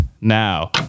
Now